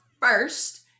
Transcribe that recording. first